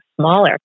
smaller